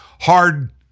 hard